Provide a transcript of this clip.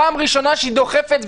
פעם ראשונה שהיא דוחפת,